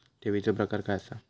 ठेवीचो प्रकार काय असा?